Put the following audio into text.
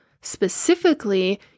specifically